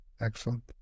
Excellent